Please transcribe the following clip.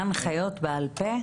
הנחיות בעל פה?